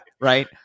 right